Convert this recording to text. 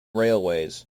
railways